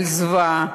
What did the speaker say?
בזוועה,